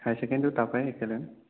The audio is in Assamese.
হায়াৰ ছেকেণ্ডাৰীও তাৰ পৰাই দিছিলোঁ